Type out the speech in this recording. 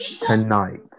tonight